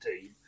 team